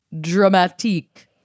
dramatique